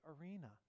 arena